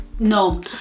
no